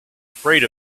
afraid